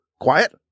quiet